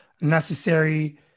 necessary